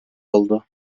oldu